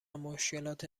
مشکلات